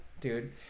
dude